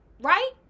right